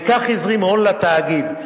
ובכך הזרים הון לתאגיד.